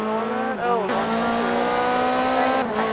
न आवनो औ न आवनो दंथ'यो औ आमफ्राइ नोंहालाय